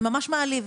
זה ממש מעליב.